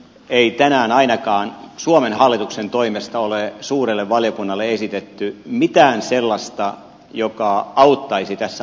ei tänään ainakaan suomen hallituksen toimesta ole suurelle valiokunnalle esitetty mitään sellaista joka auttaisi tässä akuutissa tilanteessa